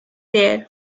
there